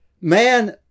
man